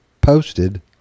posted